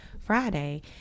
Friday